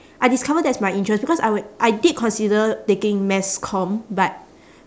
I discover that's my interest because I would I did consider taking mass comm but